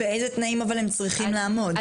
באיזה תנאים הם צריכים לעמוד?